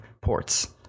ports